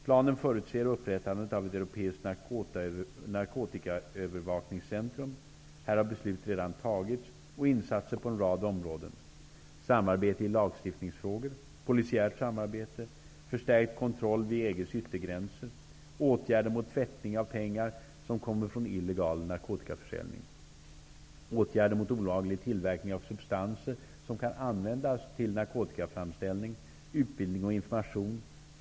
Planen förutser upprättandet av ett europeiskt narkotikaövervakningscentrum -- här har beslut redan fattats -- och insatser på en rad områden: samarbete i lagstiftningsfrågor, polisiärt samarbete, förstärkt kontroll vid EG:s yttergränser, åtgärder mot tvättning av pengar som kommer från illegal narkotikaförsäljning, åtgärder mot olaglig tillverkning av substanser som kan användas till narkotikaframställning, utbildning och information.